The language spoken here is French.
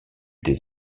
des